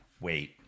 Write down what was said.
Wait